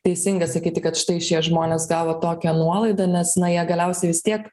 teisinga sakyti kad štai šie žmonės gavo tokią nuolaidą nes na jie galiausiai vis tiek